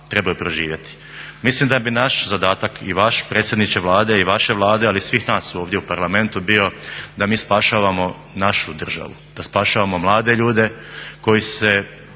trebaju preživjeti. Mislim da bi naš zadatak i vaš predsjedniče Vlade i vaše Vlade, ali i svih nas ovdje u Parlamentu bio da mi spašavamo našu državu, da spašavamo mlade ljude koji se